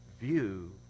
view